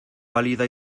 pálida